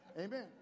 Amen